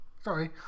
Sorry